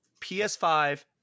PS5